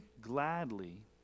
gladly